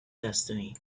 destiny